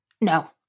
No